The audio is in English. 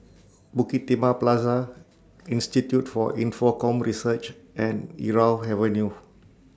Bukit Timah Plaza Institute For Infocomm Research and Irau Avenue